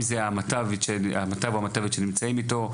אם זה המט"ב או המט"בית שנמצאת אתו,